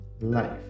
life